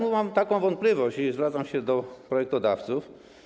Mam wątpliwość i zwracam się do projektodawców.